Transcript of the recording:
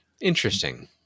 Interesting